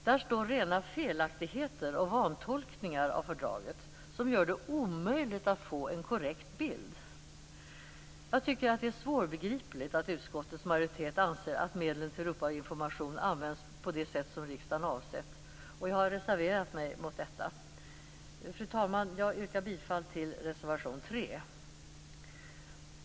Där står rena felaktigheter och vantolkningar av fördraget, som gör det omöjligt att få en korrekt bild. Jag tycker att det är svårbegripligt att utskottets majoritet anser att medlen till Europainformation använts på det sätt som riksdagen avsett, och jag har reserverat mig mot detta. Fru talman! Jag yrkar bifall till reservation 3.